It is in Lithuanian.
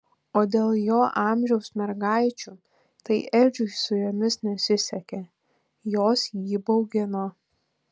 o dėl jo amžiaus mergaičių tai edžiui su jomis nesisekė jos jį baugino